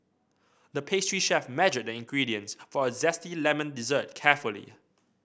the pastry chef measured the ingredients for a zesty lemon dessert carefully